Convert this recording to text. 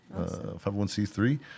501C3